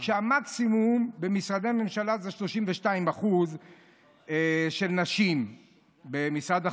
כשהמקסימום במשרדי ממשלה זה 32% של נשים במשרד החקלאות,